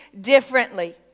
differently